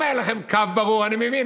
אם היה לכם קו ברור, אני מבין.